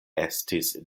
estis